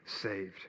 saved